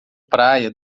praia